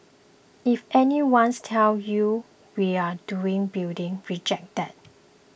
if anyone's tells you we're done building reject that